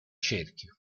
cerchio